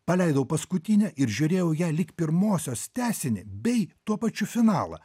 paleidau paskutinę ir žiūrėjau ją lyg pirmosios tęsinį bei tuo pačiu finalą